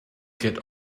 get